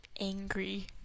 angry